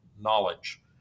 knowledge